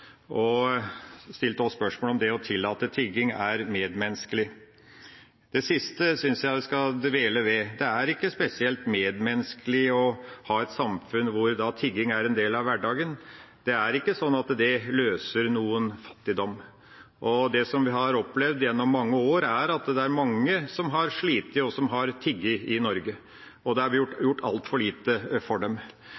Han stilte også spørsmål ved om det å tillate tigging er medmenneskelig. Det siste synes jeg vi skal dvele ved. Det er ikke spesielt medmenneskelig å ha et samfunn hvor tigging er en del av hverdagen. Det er ikke sånn at det løser noen fattigdom. Det som vi har opplevd gjennom mange år, er at det er mange som har slitt, og som har tigget i Norge, og det er gjort altfor lite for dem. Det som vi